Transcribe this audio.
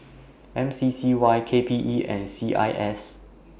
M C C Y K P E and C I S